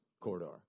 corridor